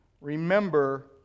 remember